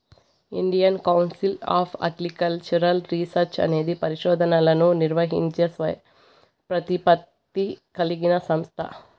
Indian Council of Agricultural Research అనేది పరిశోధనలను నిర్వహించే స్వయం ప్రతిపత్తి కలిగిన సంస్థ